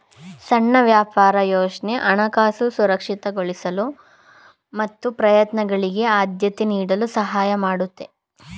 ಸಣ್ಣ ವ್ಯಾಪಾರ ಯೋಜ್ನ ಹಣಕಾಸು ಸುರಕ್ಷಿತಗೊಳಿಸಲು ಮತ್ತು ಪ್ರಯತ್ನಗಳಿಗೆ ಆದ್ಯತೆ ನೀಡಲು ಸಹಾಯ ಮಾಡುತ್ತೆ